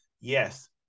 yes